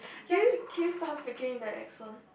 can you can you start speaking in the accent